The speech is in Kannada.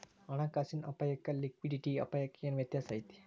ಹಣ ಕಾಸಿನ್ ಅಪ್ಪಾಯಕ್ಕ ಲಿಕ್ವಿಡಿಟಿ ಅಪಾಯಕ್ಕ ಏನ್ ವ್ಯತ್ಯಾಸಾ ಐತಿ?